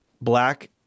black